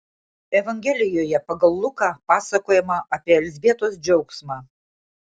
evangelijoje pagal luką pasakojama apie elzbietos džiaugsmą